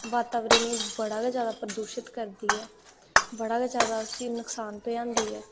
वातावरण गी जेह्ड़ा बड़ा गै जादा प्रदुषित करदी ऐ बड़ा गै जादा उसी नुक्सान पजांदी ऐ